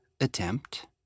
attempt